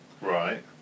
Right